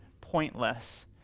pointless